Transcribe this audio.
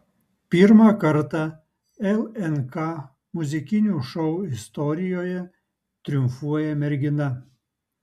pirmą kartą lnk muzikinių šou istorijoje triumfuoja mergina